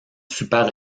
super